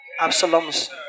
Absalom's